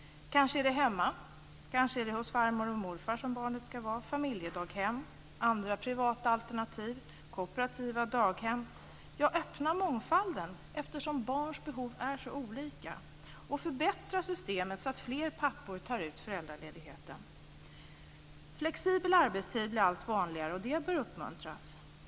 Kanske ska barnet vara hemma, kanske hos farmor eller morfar. Eller kanske ska det vara på familjedaghem, i andra privata alternativ eller på kooperativa daghem. Öppna mångfalden, eftersom barns behov är så olika, och förbättra systemet, så att fler pappor tar ut föräldraledigheten! Flexibel arbetstid blir allt vanligare, och det bör uppmuntras.